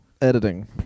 Editing